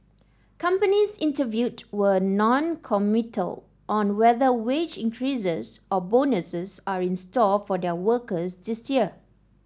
companies interviewed were noncommittal on whether wage increases or bonuses are in store for their workers this year